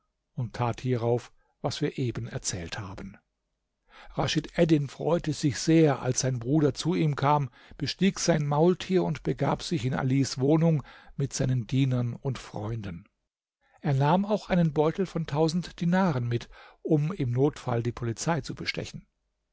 und tat hierauf was wir eben erzählt haben raschid eddin freute sich sehr als sein bruder zu ihm kam bestieg sein maultier und begab sich in alis wohnung mit seinen dienern und freunden er nahm auch einen beutel von tausend dinaren mit um im notfall die polizei zu bestechen